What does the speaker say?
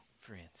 friends